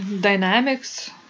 dynamics